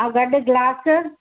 ऐं गॾु ग्लासु